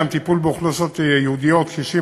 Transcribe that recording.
גם טיפול באוכלוסיות ייעודיות: קשישים,